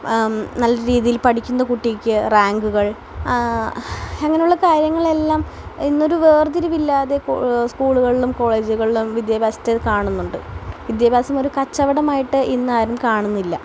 നല്ല രീതിയിൽ പഠിക്കുന്ന കുട്ടിക്ക് റാങ്കുകൾ അങ്ങനെയുള്ള കാര്യങ്ങളെല്ലാം ഇന്നൊരു വേർതിരിവില്ലാതെ സ്കൂളുകളിലും കോളേജുകളിലും വിദ്യാഭ്യാസത്തെ കാണുന്നുണ്ട് വിദ്യാഭ്യാസം ഒരു കച്ചവടമായിട്ട് ഇന്നാരും കാണുന്നില്ല